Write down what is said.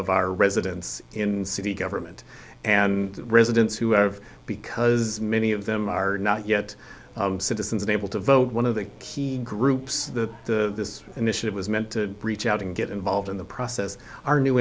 of our residents in city government and residents who have because many of them are not yet citizens and able to vote one of the key groups that the initiative was meant to reach out and get involved in the process are new